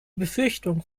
befürchtung